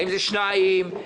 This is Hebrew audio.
האם שתי תביעות,